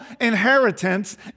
inheritance